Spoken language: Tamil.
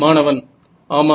மாணவன் ஆமாம்